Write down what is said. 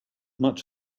much